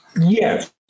Yes